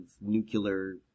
nuclear